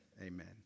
Amen